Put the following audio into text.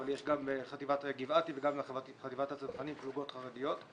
אבל יש גם בחטיבת גבעתי וגם בחטיבת הצנחנים פלוגות חרדיות,